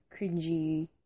cringy